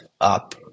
up